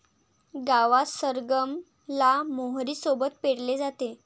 गावात सरगम ला मोहरी सोबत पेरले जाते